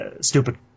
stupid